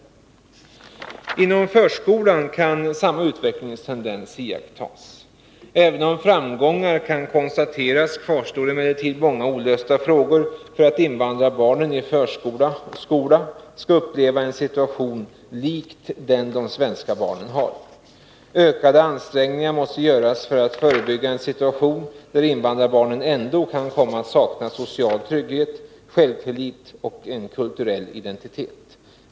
Inom förskolan kan samma utvecklingstendens iakttas. Även om framgångar kan konstateras, kvarstår emellertid många olösta frågor innan invandrarbarn i förskola och skola kan uppleva en situation lik den de svenska barnen har. Ökade ansträngningar måste göras för att förebygga en situation där invandrarbarnen ändå kan komma att sakna social trygghet, självtillit och en kulturell identitet.